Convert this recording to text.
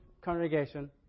congregation